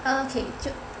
okay 就